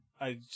I-